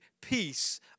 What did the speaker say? peace